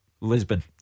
Lisbon